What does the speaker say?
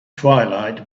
twilight